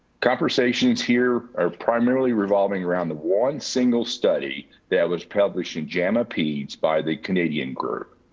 conversations here are primarily revolving around the one single study that was published in jama peeds by the canadian group.